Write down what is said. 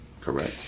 Correct